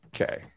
Okay